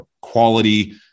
quality